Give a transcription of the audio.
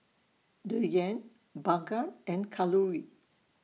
Dhyan Bhagat and Kalluri